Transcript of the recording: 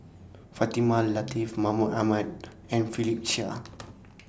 Fatimah Lateef Mahmud Ahmad and Philip Chia